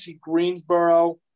Greensboro